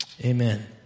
amen